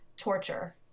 torture